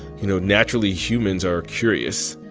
you know, naturally, humans are curious.